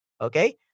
Okay